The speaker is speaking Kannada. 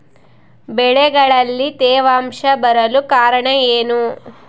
ಬೆಳೆಗಳಲ್ಲಿ ತೇವಾಂಶ ಬರಲು ಕಾರಣ ಏನು?